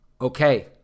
okay